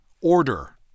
order